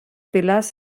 pilars